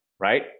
Right